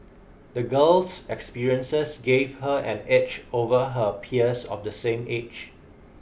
the girl's experiences gave her an edge over her peers of the same age